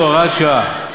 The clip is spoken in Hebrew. כהוראת שעה.